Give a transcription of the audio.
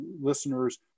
listeners